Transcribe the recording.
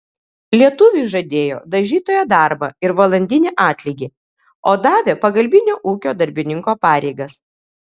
lietuviui žadėjo dažytojo darbą ir valandinį atlygį o davė pagalbinio ūkio darbininko pareigas